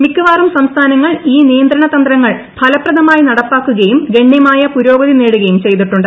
മിക്കവാറും സംസ്ഥാനങ്ങൾ ഈ നിയന്ത്രണ തന്ത്രങ്ങൾ ഫലപ്രദമായി നടപ്പാക്കുകയും ഗണ്യമായ പുരോഗതി നേടുകയും ചെയ്തിട്ടുണ്ട്